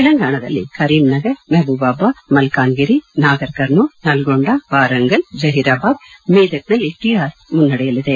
ತೆಲಂಗಾಣದಲ್ಲಿ ಖರೀಂನಗರ್ ಮೆಹಬೂಬಬಾದ್ ಮಲ್ಕಾನ್ಗಿರಿ ನಗರ್ಕರ್ನೂಲ್ ನಲಗೊಂಡ ವಾರಂಗಲ್ ಜಹೀರಾಬಾದ್ ಮೇದಕ್ನಲ್ಲಿ ಟಆರ್ಎಸ್ ಮುನ್ನಡೆಯಲಿದೆ